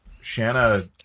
Shanna